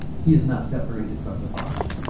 he is not separated from the father.